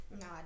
No